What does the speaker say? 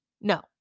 No